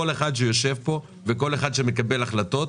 כל מי שיושב פה וכל מי שמקבל החלטות,